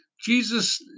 Jesus